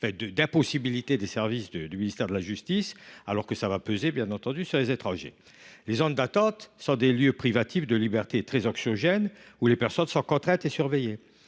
d’incapacité des services du ministère de la justice. Il pèsera pourtant sur les étrangers. Les zones d’attente sont des lieux privatifs de liberté très anxiogènes, où les personnes sont contraintes et surveillées.